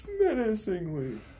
Menacingly